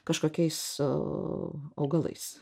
kažkokiais augalais